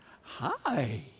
Hi